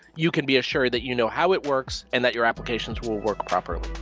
you can be assured that you know how it works and that your applications will work properly.